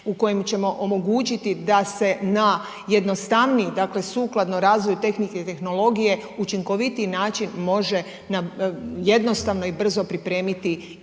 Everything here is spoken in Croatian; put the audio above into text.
u kojem ćemo omogućiti da se na jednostavniji, dakle sukladno razvoju tehnike i tehnologije, učinkovitiji način može jednostavno i brzo pripremiti i